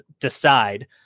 decide